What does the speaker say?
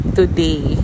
today